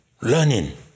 Learning